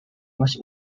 was